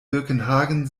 birkenhagen